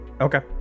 okay